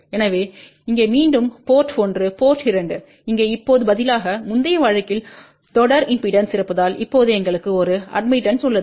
எனவே இங்கே மீண்டும் போர்ட் 1 போர்ட் 2 இங்கே இப்போது பதிலாக முந்தைய வழக்கில் தொடர் இம்பெடன்ஸ் இருப்பதால் இப்போது எங்களுக்கு ஒரு அட்மிட்டன்ஸ் உள்ளது